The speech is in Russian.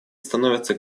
становятся